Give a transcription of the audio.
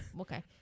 okay